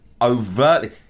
overtly